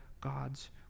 God's